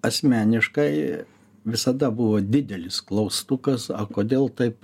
asmeniškai visada buvo didelis klaustukas a kodėl taip